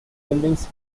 buildings